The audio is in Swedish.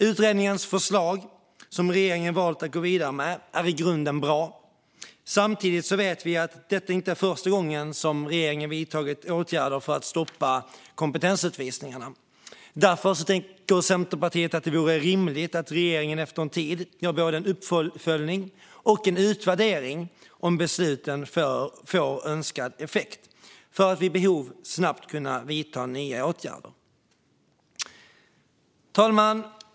Utredningens förslag, som regeringen har valt att gå vidare med, är i grunden bra. Samtidigt vet vi att detta inte är första gången som regeringen har vidtagit åtgärder för att stoppa komptensutvisningarna. Därför tycker Centerpartiet att det vore rimligt att regeringen efter en tid av både uppföljning och utvärdering av besluten ser över om besluten fått önskad effekt - för att vid behov snabbt kunna vidta nya åtgärder. Fru talman!